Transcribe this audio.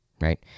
right